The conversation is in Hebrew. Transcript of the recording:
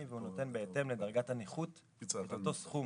והוא נותן בהתאם לדרגת הנכות את אותו סכום.